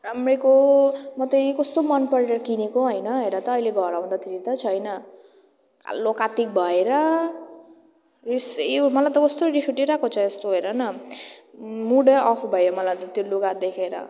राम्रैको म त यो कस्तो मन परेर किनेको होइन हेर त अहिले घर आउँदाखेरि त छैन कालो काती भएर यसै यो मलाई त कति रिस उठिरहेको छ यस्तो हेर न मुड अफ भयो मलाई त त्यो लुगा देखेर